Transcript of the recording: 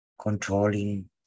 controlling